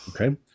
Okay